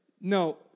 no